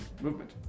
movement